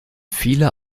viele